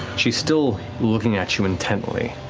she's still looking at you intently,